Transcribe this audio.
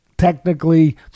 Technically